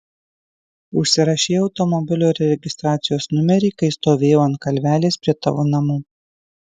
užsirašei automobilio registracijos numerį kai stovėjau ant kalvelės prie tavo namų